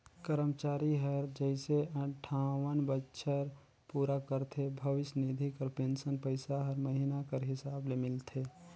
करमचारी हर जइसे अंठावन बछर पूरा करथे भविस निधि कर पेंसन पइसा हर महिना कर हिसाब ले मिलथे